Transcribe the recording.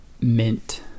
mint